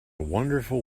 wonderful